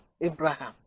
Abraham